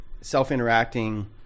self-interacting